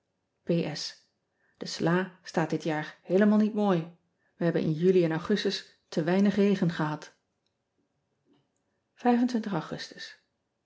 e sla staat dit jaar heelemaal niet mooi e hebben in uli en ugustus te weinig regen gehad ugustus